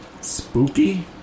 spooky